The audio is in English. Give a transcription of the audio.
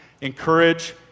Encourage